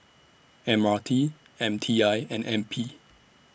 M R T M T I and N P